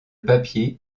papier